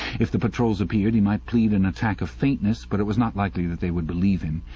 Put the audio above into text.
if the patrols appeared he might plead an attack of faintness, but it was not likely that they would believe him.